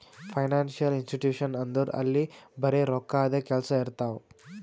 financial institution ಅಂದುರ್ ಅಲ್ಲಿ ಬರೆ ರೋಕ್ಕಾದೆ ಕೆಲ್ಸಾ ಇರ್ತಾವ